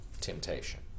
temptation